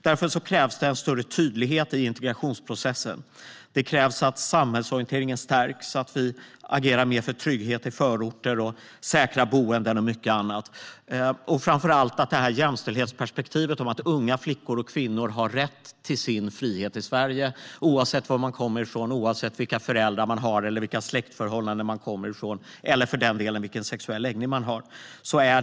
Därför krävs det en större tydlighet i integrationsprocessen. Det krävs att samhällsorienteringen stärks, att vi agerar mer för trygghet i förorter, för säkra boenden och mycket annat. Framför allt är det oerhört viktigt att hela tiden betona jämställdhetsperspektivet: att unga flickor och kvinnor har rätt till sin frihet i Sverige, oavsett var man kommer ifrån, oavsett vilka föräldrar man har eller vilka släktförhållanden man kommer ifrån eller för den delen vilken sexuell läggning man har.